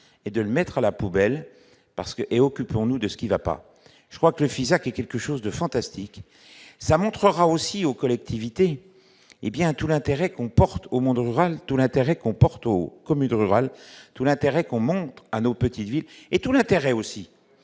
et de mettre à la poubelle parce que et occupons-nous de ce qui va pas, je crois que le fils a quelque chose de fantastique, ça montrera aussi aux collectivités, hé bien tout l'intérêt qu'on porte au monde rural, tout l'intérêt qu'on porte au communes rurales tout l'intérêt qu'on montre à nos petites villes et tout l'intérêt aussi